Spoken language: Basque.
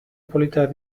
politak